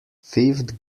fifth